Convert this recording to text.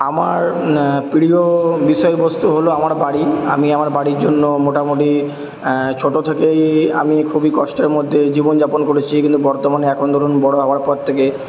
আমার প্রিয় বিষয়বস্তু হল আমার বাড়ি আমি আমার বাড়ির জন্য মোটামুটি ছোটো থেকেই আমি খুবই কষ্টের মধ্যেই জীবনযাপন করেছি কিন্তু বর্তমানে এখন ধরুণ বড়ো হওয়ার পর থেকে